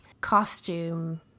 costume